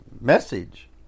message